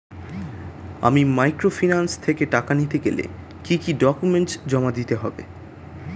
আমি মাইক্রোফিন্যান্স থেকে টাকা নিতে গেলে কি কি ডকুমেন্টস জমা দিতে হবে?